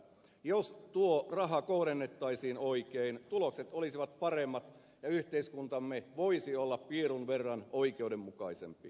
jos tuo raha kohdennettaisiin oikein tulokset olisivat paremmat ja yhteiskuntamme voisi olla piirun verran oikeudenmukaisempi